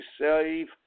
save